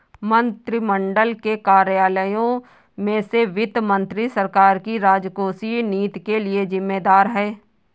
मंत्रिमंडल के कार्यालयों में से वित्त मंत्री सरकार की राजकोषीय नीति के लिए जिम्मेदार है